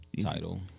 Title